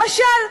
למשל,